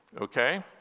okay